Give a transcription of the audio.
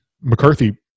McCarthy